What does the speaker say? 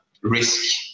risk